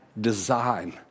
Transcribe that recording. design